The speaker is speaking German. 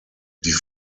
die